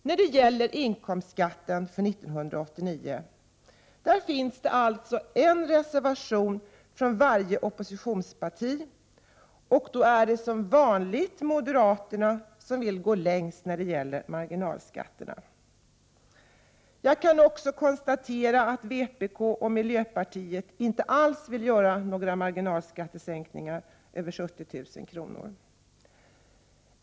När det gäller inkomstskatten för 1989 finns del alltså en reservation från varje oppositionsparti, och det är som vanlig moderaterna som vill gå längst när det gäller att sänka marginalskatternal Jag kan också konstatera att vpk och mp inte alls vill göra någri marginalskattesänkningar när det gäller inkomster över 70 000 kr.